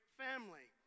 family